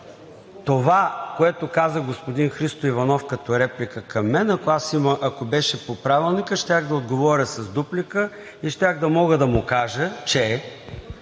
това, което каза господин Христо Иванов като реплика към мен, ако беше по Правилника, щях да отговоря с дуплика и щях да мога да му кажа, че